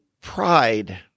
pride